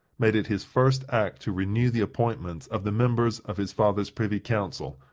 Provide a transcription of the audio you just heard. made it his first act to renew the appointments of the members of his father's privy council,